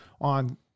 on